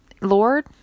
Lord